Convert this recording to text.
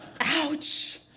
Ouch